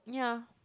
ya